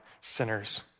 sinners